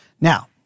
Now